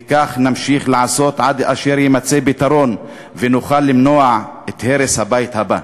וכך נמשיך לעשות עד אשר יימצא פתרון ונוכל למנוע את הרס הבית הבא.